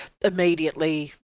immediately